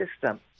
system